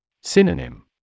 Synonym